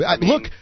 Look